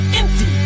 empty